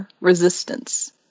resistance